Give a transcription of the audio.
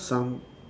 some